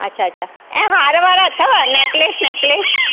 अच्छा अच्छा ऐं हार वार अथव नेकलेस नेकलेस